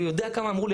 אני יודע כמה אמרו לי,